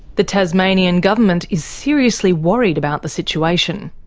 the tasmanian government is seriously worried about the situation.